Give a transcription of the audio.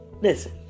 Listen